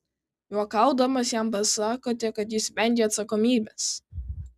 juokaudamas jam pasakote kad jis vengia atsakomybės